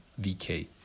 VK